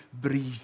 breathe